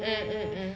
mm mm mm